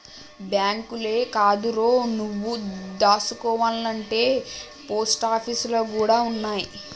బాంకులే కాదురో, నువ్వు దాసుకోవాల్నంటే పోస్టాపీసులు గూడ ఉన్నయ్